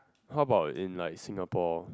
how about in like Singapore